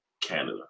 Canada